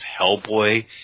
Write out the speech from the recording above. Hellboy